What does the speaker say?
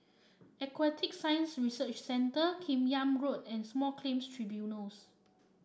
Aquatic Science Research Centre Kim Yam Road and Small Claims Tribunals